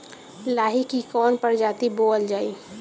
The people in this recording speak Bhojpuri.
लाही की कवन प्रजाति बोअल जाई?